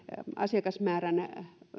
asiakasmäärän